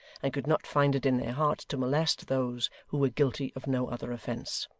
and could not find it in their hearts to molest those who were guilty of no other offence.